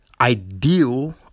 ideal